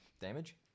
damage